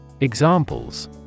Examples